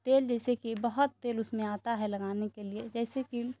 تیل جیسے کہ بہت تیل اس میں آتا ہے لگانے کے لیے جیسے کہ